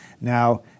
Now